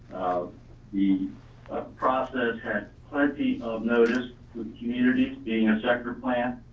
the ah process had plenty of notice, with communities being a sector plan,